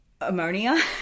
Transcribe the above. ammonia